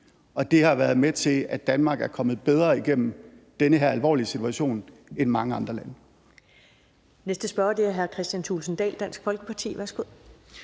og det har været med til, at Danmark er kommet bedre igennem den her alvorlige situation end mange andre lande.